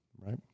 Right